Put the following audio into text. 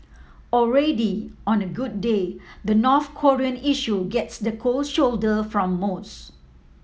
already on a good day the North Korean issue gets the cold shoulder from most